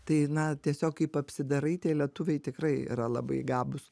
tai na tiesiog kaip apsidarai tie lietuviai tikrai yra labai gabūs